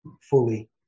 fully